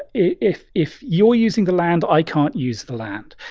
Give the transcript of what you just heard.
if if you're using the land, i can't use the land.